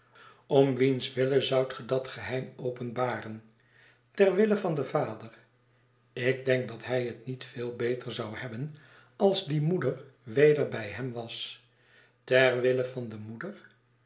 om wiens wille zoudt ge dat geheim openbaren ter wille van den vader ik denk dat hij het niet veel beter zou hebben als die moeder weder bij hem was ter wille van de moeder